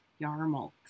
Yarmulks